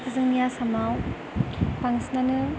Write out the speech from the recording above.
जोंनि आसामाव बांसिनानो